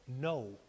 No